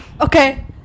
Okay